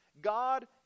God